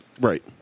Right